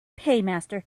paymaster